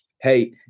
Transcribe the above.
hey